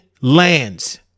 lands